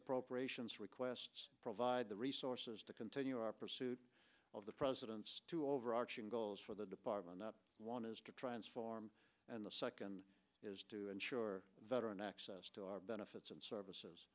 appropriations requests provide the resources to continue our pursuit of the president's overarching goals for the department one is to transform and the second is to ensure veteran access to our benefits and services